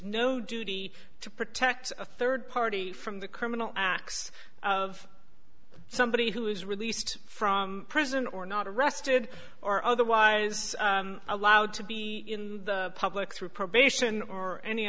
no duty to protect a third party from the criminal acts of somebody who is released from prison or not arrested or otherwise allowed to be in the public through probation or any